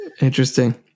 Interesting